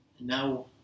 Now